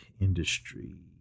industry